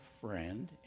friend